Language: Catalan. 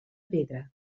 pedra